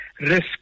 risk